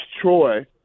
Troy